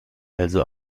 also